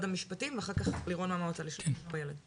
המשפטים ואחר כך לירון מהמועצה לשלום הילד.